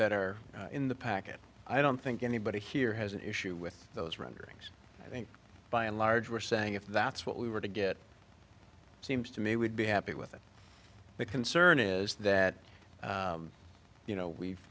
that are in the package i don't think anybody here has an issue with those renderings i think by and large were saying if that's what we were to get it seems to me would be happy with it the concern is that you know we've